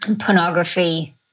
Pornography